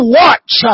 watch